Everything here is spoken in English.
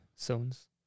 zones